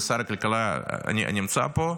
ושר הכלכלה נמצא פה,